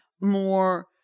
more